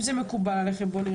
זה